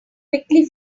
quickly